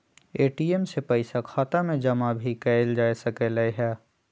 ATM से पइसा खाता में जमा भी कएल जा सकलई ह